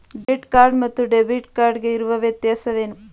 Credit card ಮತ್ತು debit card ಗೆ ಇರುವ ವ್ಯತ್ಯಾಸವೇನು?